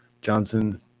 Johnson